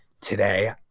today